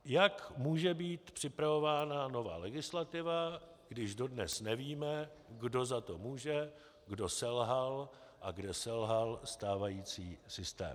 Jak může být připravována nová legislativa, když dodnes nevíme, kdo za to může, kdo selhal a kde selhal stávající systém?